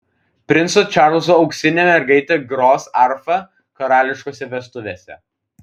princo čarlzo auksinė mergaitė gros arfa karališkose vestuvėse